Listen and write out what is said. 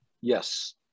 Yes